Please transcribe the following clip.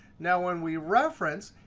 now when we reference,